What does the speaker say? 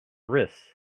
wrists